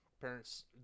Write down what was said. Parents